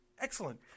Excellent